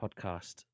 podcast